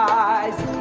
eyes.